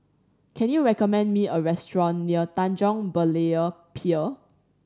can you recommend me a restaurant near Tanjong Berlayer Pier